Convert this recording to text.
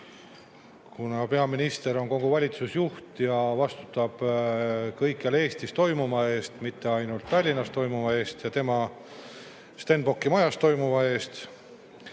Kuna peaminister on kogu valitsuse juht ja vastutab kõikjal Eestis toimuva eest, mitte ainult Tallinnas ja tema Stenbocki majas toimuva eest,